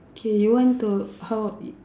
K you want to how